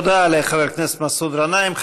תודה לחבר הכנסת מסעוד גנאים.